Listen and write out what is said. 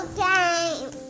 time